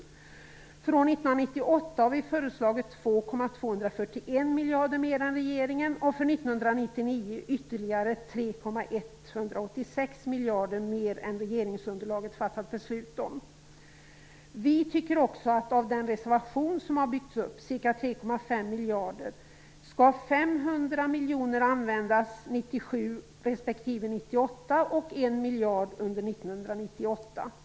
För år 1998 har vi föreslagit 2 241 miljarder mer än regeringen och för 1999 ytterligare 3 186 miljarder mer än regeringsunderlaget fattat beslut om. Dessutom tycker vi att den reservation som har byggts upp, ca 3,5 miljarder kronor, skall användas. 500 miljoner kronor skall användas 1999.